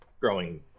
growing